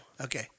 Okay